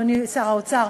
אדוני שר האוצר,